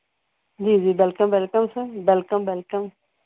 ਜੀ ਜੀ welcome welcome sir welcome welcome